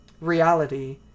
reality